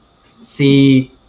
see